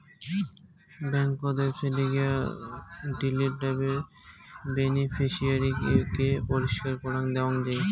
ব্যাংকোত ওয়েবসাইটে গিয়ে ডিলিট ট্যাবে বেনিফিশিয়ারি কে পরিষ্কার করাং দেওয়াং যাই